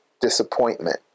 disappointment